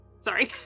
sorry